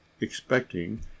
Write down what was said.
expecting